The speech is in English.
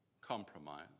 Compromise